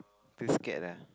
too scared lah